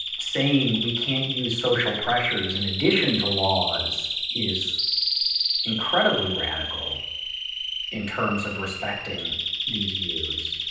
saying we can't use social pressures in addition to laws is incredibly radical in terms of respecting these views.